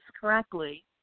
correctly